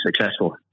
successful